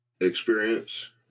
experience